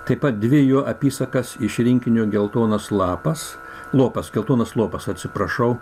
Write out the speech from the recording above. taip pat dvi jo apysakas iš rinkinio geltonas lapas lopas geltonas lopas atsiprašau